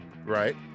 Right